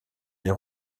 des